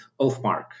Oathmark